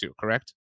Correct